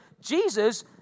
Jesus